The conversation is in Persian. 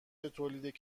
تولید